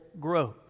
growth